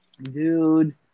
Dude